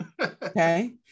okay